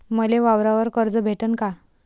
मले वावरावर कर्ज भेटन का?